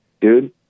Dude